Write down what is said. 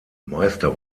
meister